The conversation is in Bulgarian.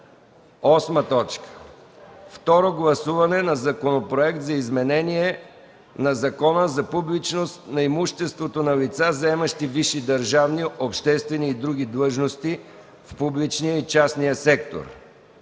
8. Второ гласуване на Законопроект за изменение на Закона за публичност на имуществото на лица, заемащи висши държавни, обществени и други длъжности в публичния и частния сектор.